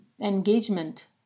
engagement